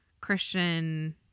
Christian